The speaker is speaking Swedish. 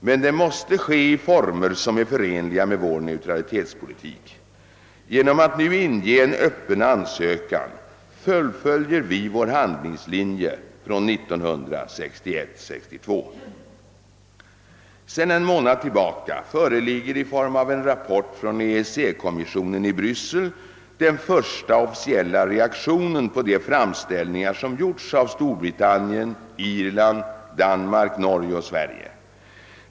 Men det måste ske i former som är förenliga med vår neutralitetspolitik. Genom att nu inge en öppen ansökan fullföljer vi vår handlingslinje från 1961—1962. Sedan en månad tillbaka föreligger i form av en rapport från EEC-kommissionen i Bryssel den första officiella reaktionen på de framställningar som gjorts av Storbritannien, Irland, Danmark, Norge och Sverige.